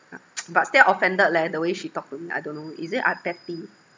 yeah but still offended leh the way she talk to me I don't know is it I'm petty